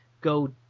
go